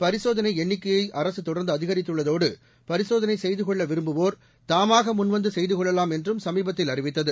பரிசோதனை எண்ணிக்கையை அரசு தொடர்ந்து அதிகரித்துள்ளதோடு பரிசோதனை செய்து கொள்ள விரும்புவோர் தாமாக முன்வந்து செய்து கொள்ளலாம் என்றும் சமீபத்தில் அறிவித்தது